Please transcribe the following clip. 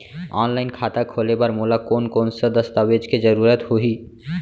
Online खाता खोले बर मोला कोन कोन स दस्तावेज के जरूरत होही?